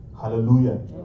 Hallelujah